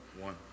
One